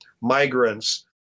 migrants